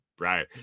Right